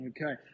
Okay